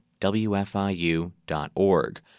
wfiu.org